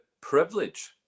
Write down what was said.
privilege